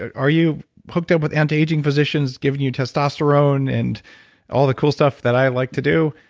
are you hooked up with anti-aging physicians giving you testosterone and all the cool stuff that i like to do?